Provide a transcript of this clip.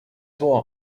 what